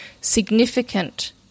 significant